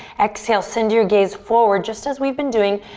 exhale, send your gaze forward just as we've been doing.